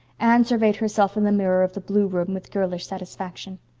anne surveyed herself in the mirror of the blue room with girlish satisfaction.